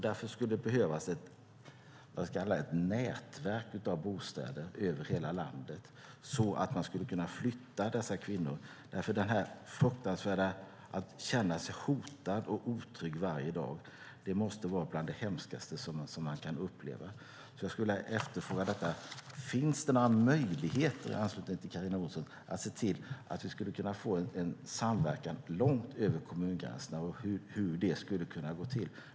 Därför skulle det behövas ett nätverk av bostäder över hela landet så att man skulle kunna flytta dessa kvinnor. Att känna sig hotad och otrygg varje dag måste vara bland det hemskaste man kan uppleva. Finns det några möjligheter att få en samverkan långt över kommungränserna, och hur skulle detta i så fall kunna gå till?